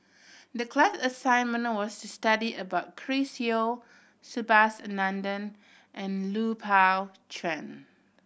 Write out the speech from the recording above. the class assignment was to study about Chris Yeo Subhas Anandan and Lui Pao Chuen